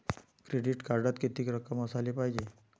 Credit कार्डात कितीक रक्कम असाले पायजे?